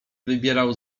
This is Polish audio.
wybierał